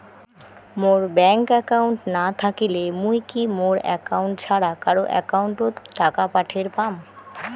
মোর bank account না থাকিলে মুই কি মোর একাউন্ট ছাড়া কারো একাউন্ট অত টাকা পাঠের পাম?